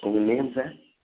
உங்கள் name sir